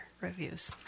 reviews